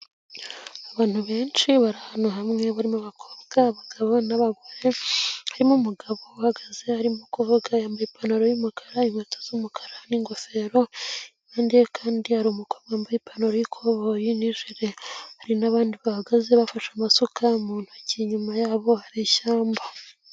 Abantu benshi bara ahantu hamwe barimo abakobwa, abagabo n'abagore, harimo umugabo uhagaze arimo kuvuga yambaye ipantaro y'umukara. inkweto z'umukara, n'ingofero. Impande ye kandi hari umukobwa wambaye ipantaro y'ikoboyi nijire hari n'abandi bahagaze bafashe amasuka mu ntoki inyuma yabo hari ishyamba.